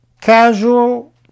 casual